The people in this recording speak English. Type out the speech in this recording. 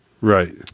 Right